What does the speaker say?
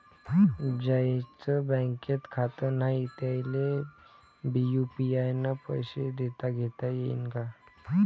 ज्याईचं बँकेत खातं नाय त्याईले बी यू.पी.आय न पैसे देताघेता येईन काय?